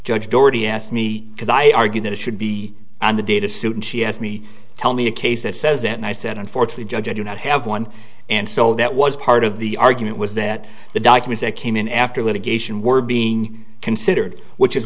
judge dorothy asked me because i argued that it should be on the data suit and she asked me tell me a case that says and i said unfortunately judge i do not have one and so that was part of the argument was that the document that came in after litigation were being considered which is